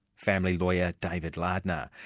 family lawyer, david lardner.